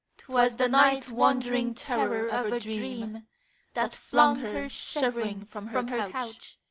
twas the night-wandering terror of a dream that flung her shivering from her couch,